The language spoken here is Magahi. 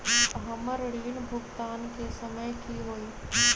हमर ऋण भुगतान के समय कि होई?